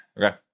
Okay